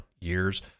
years